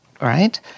right